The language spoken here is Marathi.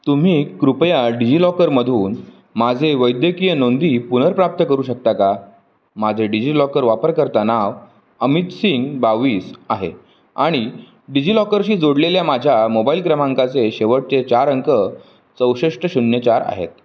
तुम्ही कृपया डिजि लॉकरमधून माझे वैद्यकीय नोंदी पुनर्प्राप्त करू शकता का माझे डिजि लॉकर वापरकर्ता नाव अमित सिंग बावीस आहे आणि डिजि लॉकरशी जोडलेल्या माझ्या मोबाईल क्रमांकाचे शेवटचे चार अंक चौसष्ट शून्य चार आहेत